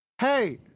hey